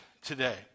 today